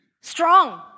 Strong